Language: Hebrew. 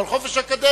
אבל יש חופש אקדמי.